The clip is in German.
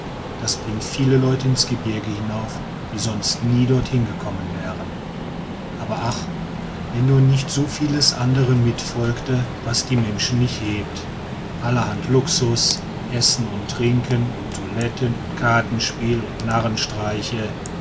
das bringt viele leute ins gebirge hinauf die sonst nie dorthin gekommen wären aber ach wenn nur nicht so vieles andere mitfolgte was die menschen nicht hebt allerhand luxus essen und trinken und toiletten und kartenspiel und